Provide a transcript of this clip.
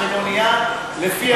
של אונייה לפי הנפח שלה?